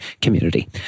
community